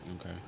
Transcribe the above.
Okay